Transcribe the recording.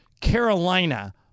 carolina